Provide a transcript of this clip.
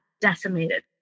decimated